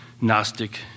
Gnostic